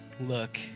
look